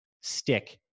stick